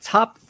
Top